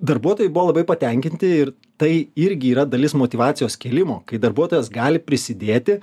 darbuotojai buvo labai patenkinti ir tai irgi yra dalis motyvacijos kėlimo kai darbuotojas gali prisidėti